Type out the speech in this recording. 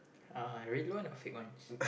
uh I really want the fake ones